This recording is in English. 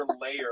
layer